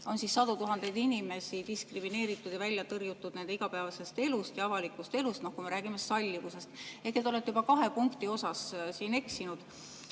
on sadu tuhandeid inimesi diskrimineeritud ja välja tõrjutud nende igapäevasest elust ja avalikust elust, kui me räägime sallivusest. Nii et te olete juba kahe punkti osas siin eksinud